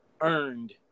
earned